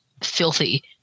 filthy